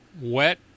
Wet